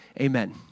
Amen